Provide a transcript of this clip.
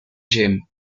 gym